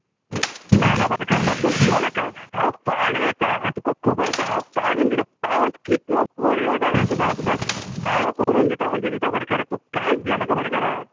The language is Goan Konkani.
ना ना भाटकारा ना तूं भियों नाका हांव फाल्यां येता आनी तुका खबर आसा हांव पाडून दिता पावस कितलो पडलो जाल्यार सुद्दां हांव तुका पाळो करून दितां म्हणचे दितां भाटकारा तूं कांयच भियेनाका भाटकारा